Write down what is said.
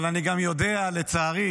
אבל אני גם יודע, לצערי,